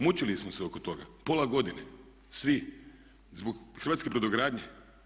Mučili smo se oko toga, pola godine, svi, zbog hrvatske brodogradnje.